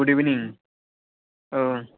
good evening Om